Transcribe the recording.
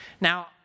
Now